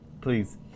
Please